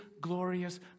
glorious